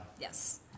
Yes